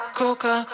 coca